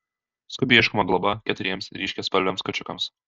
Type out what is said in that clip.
skubiai ieškoma globa keturiems ryškiaspalviams kačiukams